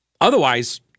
Otherwise